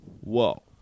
Whoa